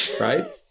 Right